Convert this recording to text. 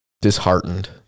disheartened